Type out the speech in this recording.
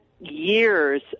Years